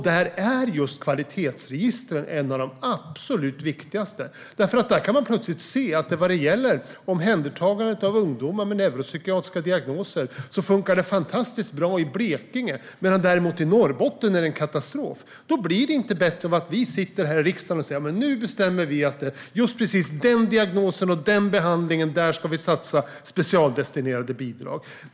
Där är just kvalitetsregistren ett av de absolut viktigaste, för där kan man plötsligt se att omhändertagandet av ungdomar med neuropsykiatriska diagnoser funkar fantastiskt bra i Blekinge medan det i Norrbotten är en katastrof. Då blir det inte bättre av att vi sitter här i riksdagen och säger att nu bestämmer vi att på just precis den diagnosen och den behandlingen ska vi satsa specialdestinerade bidrag.